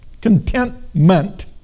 contentment